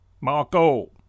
Marco